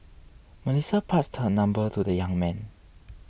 Melissa passed her number to the young man